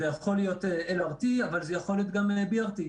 זה יכול להיות LRT אבל זה יכול להיות גם BRT,